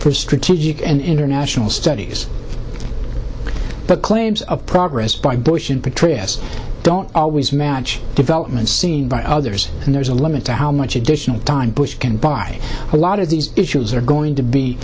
for strategic and international studies but claims of progress by bush and patricia's don't always match developments seen by others and there's a limit to how much additional time bush can buy a lot of these issues are going to be